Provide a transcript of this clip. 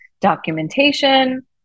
documentation